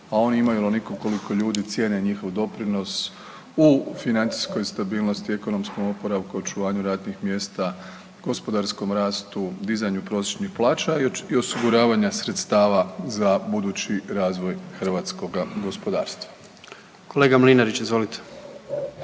a oni imaju onoliko koliko ljudi cijene njihov doprinos u financijskoj stabilnosti, ekonomskom oporavku, očuvanju radnih mjesta, gospodarskom rastu, dizanju prosječnih plaća i osiguravanja sredstava za budući razvoj hrvatskoga gospodarstva. **Jandroković, Gordan